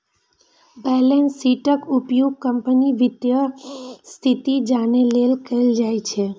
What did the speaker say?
balance शीटक उपयोग कंपनीक वित्तीय स्थिति जानै लेल कैल जाइ छै